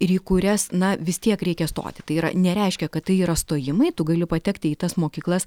ir į kurias na vis tiek reikia stoti tai yra nereiškia kad tai yra stojimai tu gali patekti į tas mokyklas